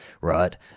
right